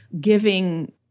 giving